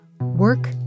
Work